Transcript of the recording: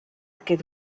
aquest